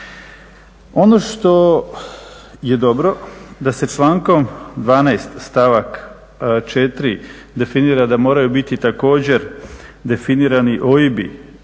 Ono što je dobro da se člankom 12., stavak 4. definira da moraju biti također definirani OIB-i